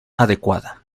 adecuada